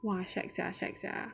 !wah! shag sia shag sia